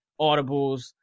audibles